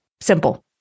Simple